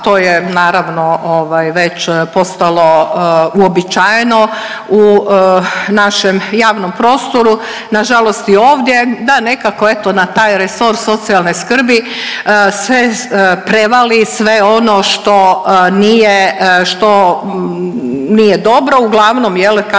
to je naravno već postalo uobičajeno u našem javnom prostoru, na žalost i ovdje. Da, nekako eto na taj resor socijalne skrbi se prevali sve ono što nije, što nije